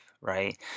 right